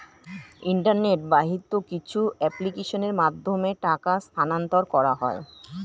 internet বাহিত কিছু অ্যাপ্লিকেশনের মাধ্যমে টাকা স্থানান্তর করা হয়